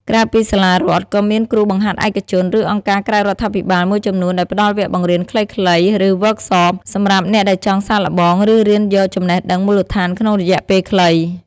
ក្រៅពីសាលារដ្ឋ ក៏មានគ្រូបង្ហាត់ឯកជន ឬអង្គការក្រៅរដ្ឋាភិបាលមួយចំនួនដែលផ្ដល់វគ្គបង្រៀនខ្លីៗ ឬវើកសប (Workshop) សម្រាប់អ្នកដែលចង់សាកល្បង ឬរៀនយកចំណេះដឹងមូលដ្ឋានក្នុងរយៈពេលខ្លី។